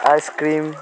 icecream